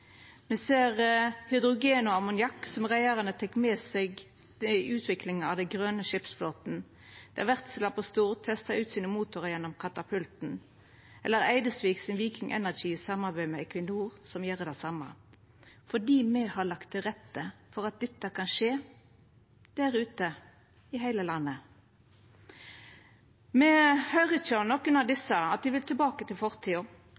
Me ser hydrogen og ammoniakk, som reiarar tek med seg til utvikling av den grøne skipsflåten, der Wärtsilä på Stord testar ut sine motorar gjennom katapulten, eller der Eidesvik sin «Viking Energy» i samarbeid med Equinor gjer det same – fordi me har lagt til rette for at dette kan skje, der ute i heile landet. Me høyrer ikkje av nokon av desse at dei vil tilbake til fortida.